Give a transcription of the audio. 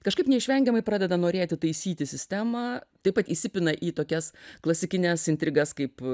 kažkaip neišvengiamai pradeda norėti taisyti sistemą taip pat įsipina į tokias klasikines intrigas kaip